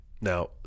Now